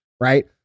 right